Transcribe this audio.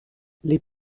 les